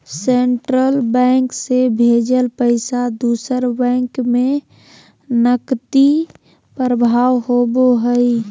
central bank से भेजल पैसा दूसर बैंक में नकदी प्रवाह होबो हइ